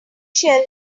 shell